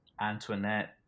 Antoinette